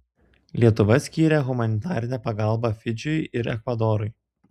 lietuva skyrė humanitarinę pagalbą fidžiui ir ekvadorui